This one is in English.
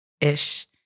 ish